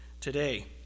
today